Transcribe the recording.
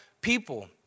people